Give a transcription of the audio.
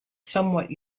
somewhat